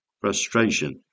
frustration